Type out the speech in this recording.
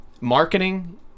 Marketing